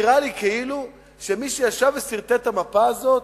נראה לי כאילו שמי שישב וסרטט את המפה הזאת,